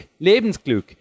Lebensglück